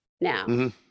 now